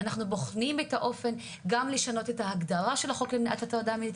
אנחנו בוחנים את האופן גם לשנות את ההגדרה של החוק למניעת הטרדה מינית,